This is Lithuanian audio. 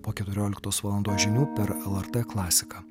po keturioliktos valandos žinių per lrt klasiką